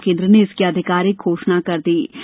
मौसम केंद्र ने इसकी आधिकारिक घोषणा कर दी